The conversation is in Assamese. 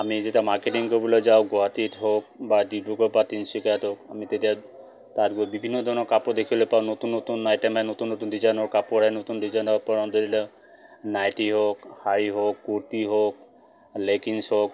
আমি যেতিয়া মাৰ্কেটিং কৰিবলৈ যাওঁ গুৱাহাটীত হওক বা ডিব্ৰুগড় বা তিনিচুকীয়াত হওক আমি তেতিয়া তাত গৈ বিভিন্ন ধৰণৰ কাপোৰ দেখিবলৈ পাওঁ নতুন নতুন আইটেম আহে নতুন নতুন ডিজাইনৰ কাপোৰ আহে নতুন ডিজাইনৰ আপোনাৰ ধৰি লওক নাইটি হওক শাৰী হওক কুৰ্তি হওক লেগিন্স হওক